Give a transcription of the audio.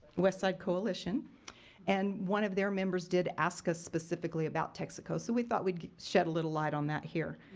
west side coalition and one of their members did ask us specifically about texico so we thought we'd shed a little light on that here.